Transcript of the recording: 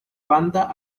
banda